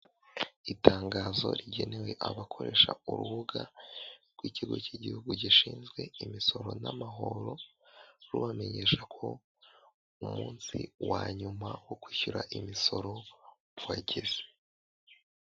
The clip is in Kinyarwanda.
Itangazo rigenewe abakoresha urubuga rw'ikigo cy' igihugu gishinzwe imisoro n'amahoro, rubamenyesha ko umunsi wanyuma wo kwishyura imisoro wageze.